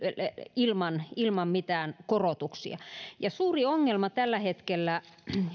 ilman ilman mitään korotuksia suuri ongelma tällä hetkellä